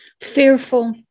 fearful